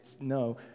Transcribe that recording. No